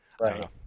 Right